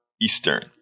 Eastern